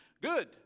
Good